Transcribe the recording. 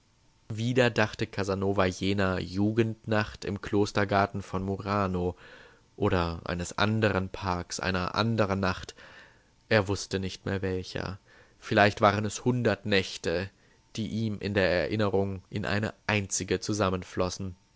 wieder dachte casanova jener jugendnacht im klostergarten von murano oder eines andern parks einer andern nacht er wußte nicht mehr welcher vielleicht waren es hundert nächte die ihm in der erinnerung in eine einzige zusammenflossen